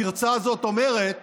הפרצה הזאת אומרת